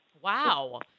Wow